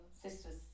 sister's